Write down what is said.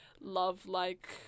love-like